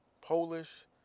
Polish